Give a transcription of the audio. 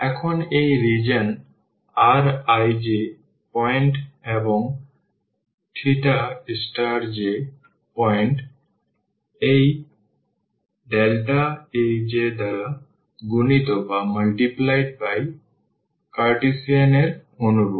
এখন এই region rij point এবং j পয়েন্ট এই Aj দ্বারা গুণিত কার্টেসিয়ান এর অনুরূপ